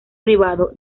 privado